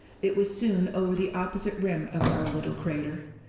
it was soon over the opposite rim of our little crater.